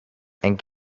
and